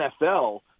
NFL